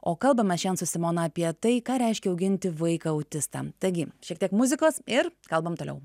o kalbame šiandien su simona apie tai ką reiškia auginti vaiką autistą taigi šiek tiek muzikos ir kalbam toliau